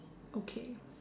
okay